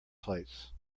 plates